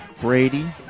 Brady